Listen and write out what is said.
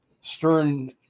Stern